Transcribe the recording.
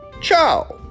Ciao